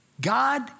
God